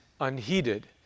unheeded